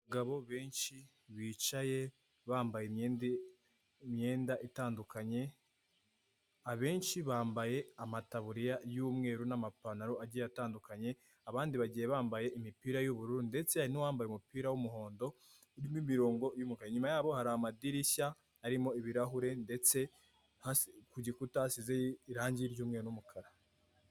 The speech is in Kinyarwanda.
Abagabo benshi bicaye bambaye imyenda itandukanye: abenshi bambaye amataburiya y'umweru n'amapantaro agiye atandukanye, abandi bagiye bambaye imipira y'ubururu, ndetse hari n'uwambaye umupira w'umuhondo urimo imirongo y'umukara; inyuma yabo hari amadirishya arimo ibirahure ndetse ku gikuta hasizeho irangi ry'umweru n'umukara.